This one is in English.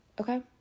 okay